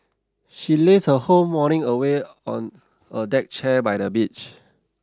she lazed her whole morning away on a deck chair by the beach